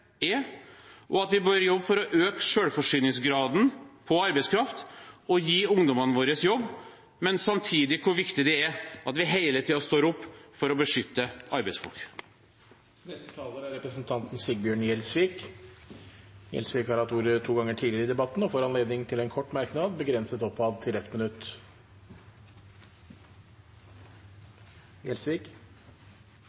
er, og at vi bør jobbe for å øke selvforsyningsgraden av arbeidskraft og gi ungdommene våre jobb, men samtidig hvor viktig det er at vi hele tiden står opp for å beskytte arbeidsfolk. Representanten Sigbjørn Gjelsvik har hatt ordet to ganger tidligere og får ordet til en kort merknad, begrenset til 1 minutt.